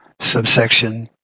subsection